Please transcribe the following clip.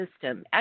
system